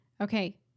Okay